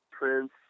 Prince